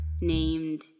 named